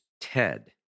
Ted